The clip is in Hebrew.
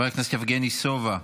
חבר הכנסת יבגני סובה,